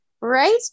right